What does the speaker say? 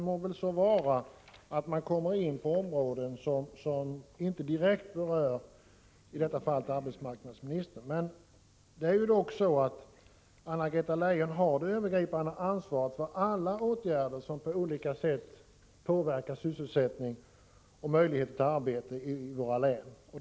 Må så vara att man kommer in på områden som inte direkt berör i detta fall arbetsmarknadsministern, men Anna-Greta Leijon har dock det övergripande ansvaret för alla åtgärder som på olika sätt påverkar sysselsättning och möjligheter till arbete i våra län.